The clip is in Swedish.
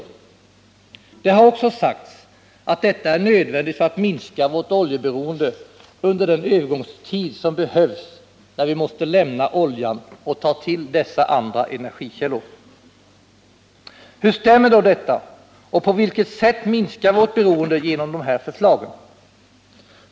Det har också sagts att detta är nödvändigt för att minska vårt oljeberoende under den övergångstid som behövs när vi måste lämna oljan och ta till dessa andra energikällor. Hur stämmer då detta, och på vilket sätt minskar vårt beroende genom de här förslagen?